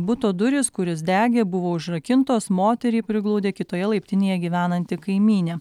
buto durys kuris degė buvo užrakintos moterį priglaudė kitoje laiptinėje gyvenanti kaimynė